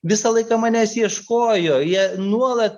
visą laiką manęs ieškojo jie nuolat